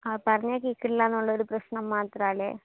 ആ പറഞ്ഞാൽ കേൾക്കില്ല എന്നുള്ളൊരു പ്രശ്നം മാത്രമാണ് അല്ലേ